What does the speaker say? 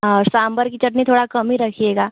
और सांभर की चटनी थोड़ा कम ही रखिएगा